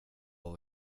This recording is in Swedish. vad